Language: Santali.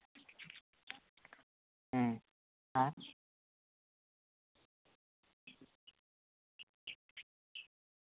ᱟᱪᱪᱷᱟ